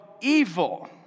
evil